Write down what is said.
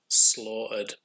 slaughtered